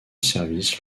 service